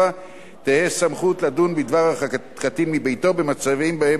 תהא סמכות לדון בדבר הרחקת קטין מביתו במצבים שבהם